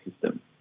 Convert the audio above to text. system